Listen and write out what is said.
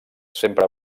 sempre